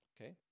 Okay